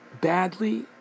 badly